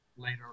later